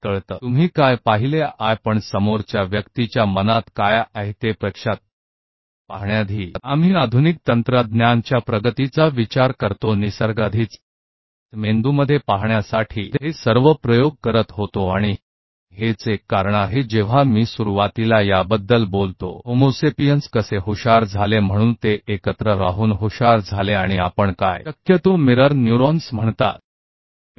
परंतु आप वास्तव में दूसरे व्यक्ति के दिमाग में कैसे देख सकते हैं इससे पहले कि हम आधुनिक तकनीकी प्रगति के बारे में सोचें मस्तिष्क में देखते हुए प्रकृति पहले से ही इन सभी प्रयोगों को कर रही थी और यही एक कारण है कि जब मैं शुरू में इस के बारे में बात करता हूं कि होमोसैपियन कैसे होशियार बन गए तो वे एक साथ रहते हुए समझदार हो गए और जिसे आप संभवतः मिरर न्यूरॉन्स कहते हैं